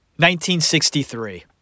1963